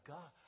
God